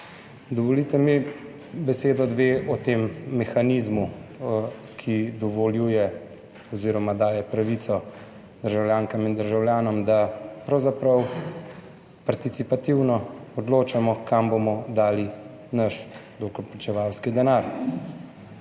Dovolite mi besedo, dve o tem mehanizmu, ki dovoljuje oziroma daje pravico državljankam in državljanom, da pravzaprav participativno odločamo, kam bomo dali naš davkoplačevalski denar.